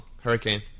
Hurricane